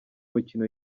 mukino